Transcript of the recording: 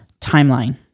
timeline